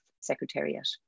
Secretariat